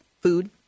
food